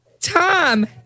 Tom